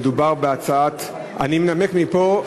מדובר בהצעת, אני מנמק מפה,